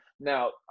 now